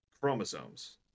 chromosomes